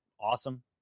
awesome